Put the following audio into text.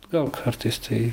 gal kartais tai